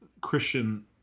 Christian